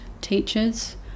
teachers